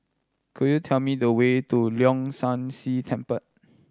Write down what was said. could you tell me the way to Leong San See Temple